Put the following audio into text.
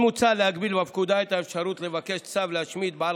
עוד מוצע להגביל בפקודה את האפשרות לבקש צו להשמיד בעל